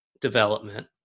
development